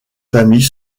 famille